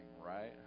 right